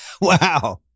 Wow